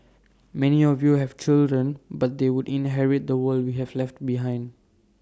many of you have children but they would inherit the world we have left behind